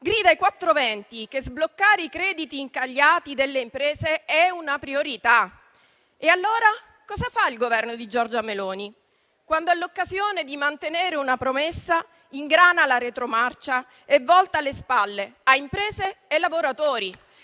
venti che sbloccare i crediti incagliati delle imprese è una priorità. Allora cosa fa il Governo di Giorgia Meloni? Quando ha l'occasione di mantenere una promessa, ingrana la retromarcia e volta le spalle a imprese e lavoratori.